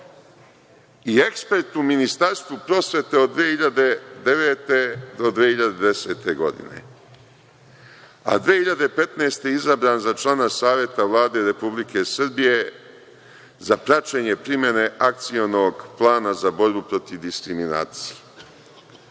I ekspert u Ministarstvu prosvete, od 2009. do 2010. godine, a 2015. je izabran za člana Saveta Vlade Republike Srbije, za praćenje primene akcionog plana za borbu protiv diskriminacije.